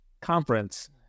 conference